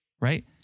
Right